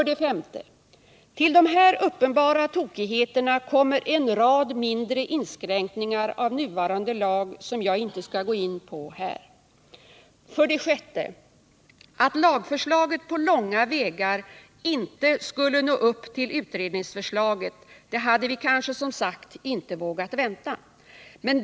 5. Till de här uppenbara tokigheterna kommer en rad mindre inskränkningar av nuvarande lag, som jag inte nu skall gå in på. 6. Något annat än att lagförslaget inte på långa vägar skulle nå upp till utredningsförslaget hade vi kanske, som sagt, inte vågat vänta.